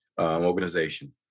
organization